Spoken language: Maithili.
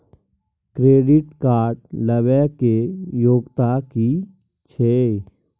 क्रेडिट कार्ड लेबै के योग्यता कि छै?